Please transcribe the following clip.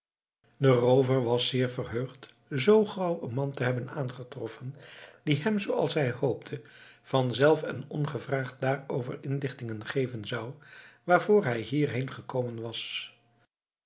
roover was zeer verheugd zoo gauw een man te hebben aangetroffen die hem zooals hij hoopte vanzelf en ongevraagd daarover inlichtingen geven zou waarvoor hij hierheen gekomen was